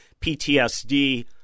PTSD